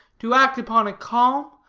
to act upon a calm,